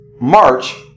march